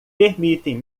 permitem